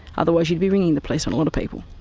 otherwise you'd be ringing the police on a lot of people.